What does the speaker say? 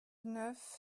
neuf